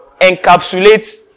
encapsulates